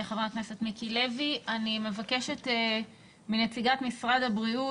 אני מבקשת מנציגת משרד הבריאות,